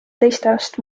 teistest